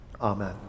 amen